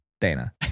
Dana